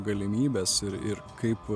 galimybes ir ir kaip